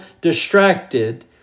distracted